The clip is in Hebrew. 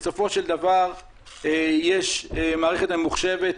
בסופו של דבר יש מערכת ממוחשבת,